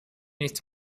nichts